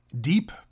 Deep